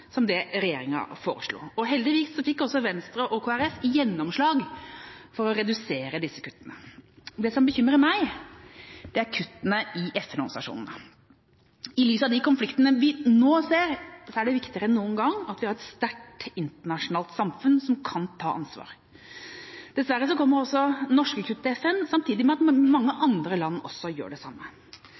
som det regjeringa foreslo. Heldigvis fikk Venstre og Kristelig Folkeparti gjennomslag for å redusere disse kuttene. Det som bekymrer meg, er kuttene til FN-organisasjonene. I lys av de konfliktene vi nå ser, er det viktigere enn noen gang at vi har et sterkt internasjonalt samfunn som kan ta ansvar. Dessverre kommer norske kutt til FN samtidig som mange andre land gjør det samme.